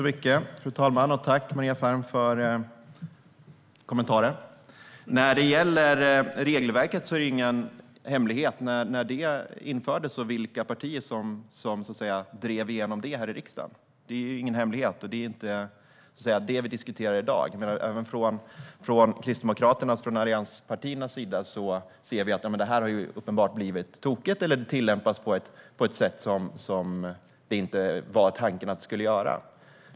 Fru talman! Tack, Maria Ferm, för kommentarer! När det gäller införandet av regelverket är det ingen hemlighet vilka partier det var som drev igenom detta här i riksdagen. Det är inte heller det vi diskuterar i dag. Även från Kristdemokraternas och allianspartiernas sida ser vi att detta uppenbart har blivit tokigt eller tillämpats på ett sätt som man inte hade tänkt sig.